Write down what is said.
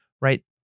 right